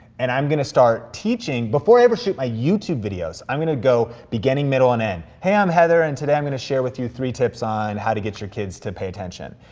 and i'm gonna start teaching. before i ever shoot my youtube videos, i'm gonna go beginning, middle, and end. hey, i'm heather, and today i'm gonna share with you three tips on how to get your kids to pay attention.